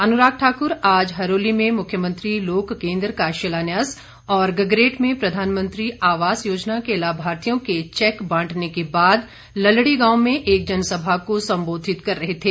अनुराग ठाकुर आज हरोली में मुख्यमंत्री लोक केन्द्र का शिलान्यास और गगरेट में प्रधानमंत्री आवास योजना के लाभार्थियों के चैक बांटने के बाद ललड़ी गांव में एक जनसभा को संबोधित कर रहे थे